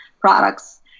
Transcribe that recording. products